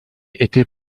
est